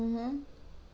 mmhmm